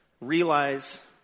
realize